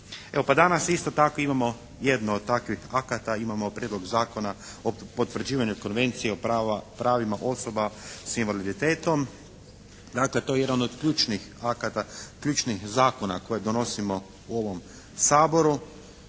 danas isto tako imamo jednu od takvih akata, imamo Prijedlog Zakona o potvrđivanju Konvencije o pravima osoba s invaliditetom. Dakle, to je jedan od ključnih akata, ključnih zakona koje donosimo u ovom Saboru.